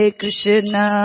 Krishna